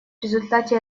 результате